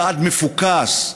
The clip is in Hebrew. יעד מפוקס,